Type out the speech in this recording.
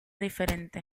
diferente